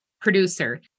producer